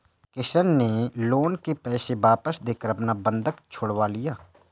किशन ने लोन के पैसे वापस देकर अपना बंधक छुड़वा लिया